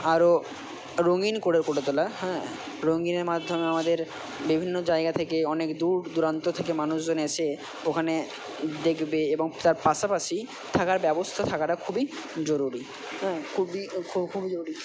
আরও রঙিন করে গড়ে তোলা হ্যাঁ রঙিনের মাধ্যমে আমাদের বিভিন্ন জায়গা থেকে অনেক দূর দূরান্ত থেকে মানুষজন এসে ওখানে দেখবে এবং তার পাশাপাশি থাকার ব্যবস্থা থাকাটা খুবই জরুরি হ্যাঁ খুবই খুবই জরুরি